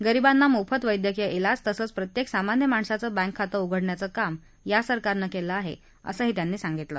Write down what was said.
गरीबांना मोफत वैद्यकीय िक्राज तसंच प्रत्येक सामान्य माणसाचं बँक खातं उघडण्याचं काम या सरकारनं केलं आहे असंही ते म्हणाले